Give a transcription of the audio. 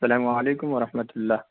اسلام علیکم ورحمتہ اللہ